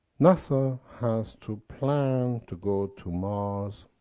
nasa has to plan to go to mars,